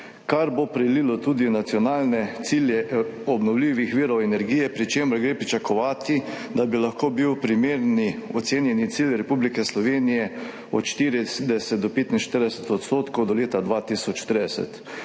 kar bo prelilo tudi nacionalne cilje obnovljivih virov energije, pri čemer gre pričakovati, da bi lahko bil primerni ocenjeni cilj Republike Slovenije od 40 do 45 % do leta 2030.